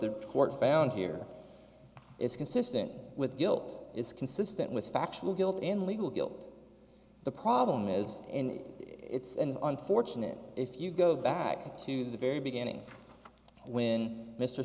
court found here is consistent with guilt is consistent with factual guilt and legal guilt the problem is and it's an unfortunate if you go back to the very beginning when mr